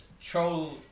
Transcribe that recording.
troll